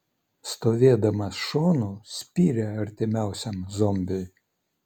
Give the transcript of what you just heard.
stovėdamas šonu spyrė artimiausiam zombiui